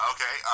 Okay